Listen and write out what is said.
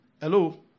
hello